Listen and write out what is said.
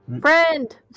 Friend